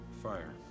Fire